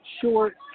short